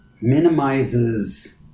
minimizes